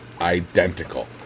identical